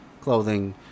clothing